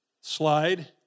slide